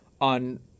on